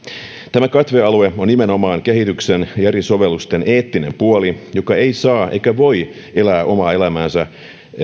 tämä katve alue on nimenomaan kehityksen ja ja eri sovellusten eettinen puoli joka ei saa eikä voi elää omaa elämäänsä